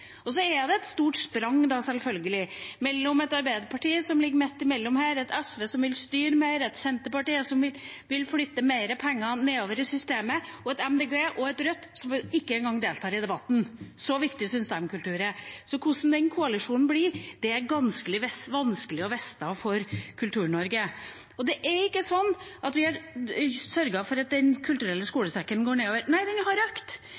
Det er et stort sprang, selvfølgelig, mellom Arbeiderpartiet, som ligger midt imellom her, SV som vil styre mer, Senterpartiet som vil flytte mer penger nedover i systemet, og MDG og Rødt, som ikke engang deltar i debatten, så viktig syns de kultur er. Så hvordan den koalisjonen blir, er vanskelig å vite for Kultur-Norge. Det er ikke sånn at vi har sørget for at midlene til Den kulturelle skolesekken går ned. Nei, det har økt.